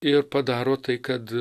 ir padaro tai kad